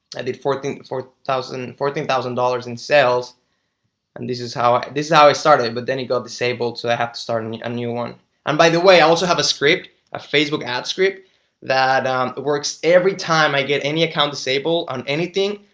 i did fourteen four thousand fourteen thousand dollars in sales and this is how i this is how i started but then you got disabled so i have to start and a new one and by the way, i also have a script a facebook ad script that works every time i get any account disabled on anything,